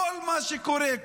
כל מה שקורה,